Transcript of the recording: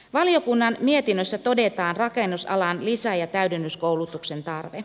valiokunnan mietinnössä todetaan rakennusalan lisä ja täydennyskoulutuksen tarve